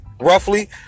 roughly